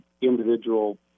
individual